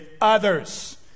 others